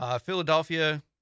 Philadelphia